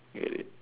really